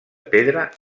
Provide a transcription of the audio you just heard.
pedra